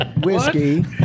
whiskey